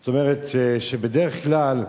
זאת אומרת שבדרך כלל,